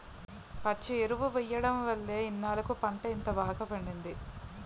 పచ్చి ఎరువు ఎయ్యడం వల్లే ఇన్నాల్లకి పంట ఇంత బాగా పండింది